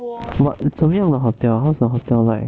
什么样的 hotel how's the hotel like